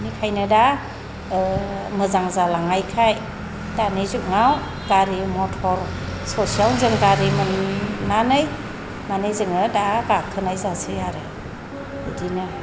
बेनिखायनो दा मोजां जालांनायखाय दानि जुगाव गारि मटर ससेयाव जों गारि मोननानै माने जोङो दा गाखोनाय जासै आरो बिदिनो